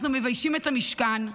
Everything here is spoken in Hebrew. אנחנו מביישים את המשכן,